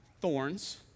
thorns